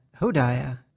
Hodiah